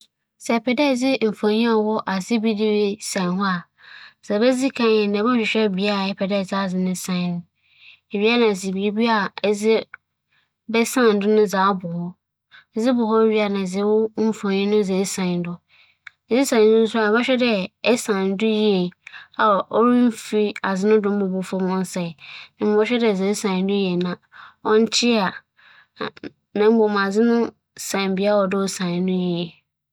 Sɛ wͻdze nkanee bi ayɛ mfonyin bi ama me na mepɛ dɛ medze san me dan mu a, dza meyɛ ara nye dɛ, ban a mepɛ dɛ medze san hͻ no, hͻ na mohwehwɛ prɛgow bi na medze bͻ na prɛgow no mu yɛ dzen a, mepɛ ahoma bi na medze kyekyer mfonyin no. Muwie a, medze san na mohwɛ dɛ ͻnnkyea a. Sɛ ͻnkyea a, nna m'afa no dɛmara na akyea so a nna meetutu asan ayɛ no bio.